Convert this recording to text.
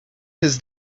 his